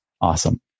Awesome